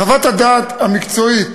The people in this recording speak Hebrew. חוות הדעת המקצועית